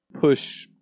push